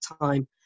time